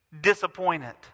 disappointed